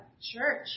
church